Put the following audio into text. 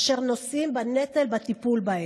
אשר נושאים בנטל הטיפול בהם.